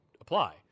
apply